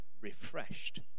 refreshed